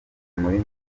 muri